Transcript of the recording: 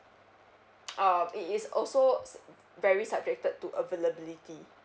ah it is also is very subjected to availability